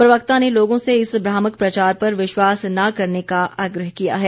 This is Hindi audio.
प्रवक्ता ने लोगों से इस भ्रामक प्रचार पर विश्वास न करने का आग्रह किया है